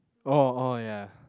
oh oh ya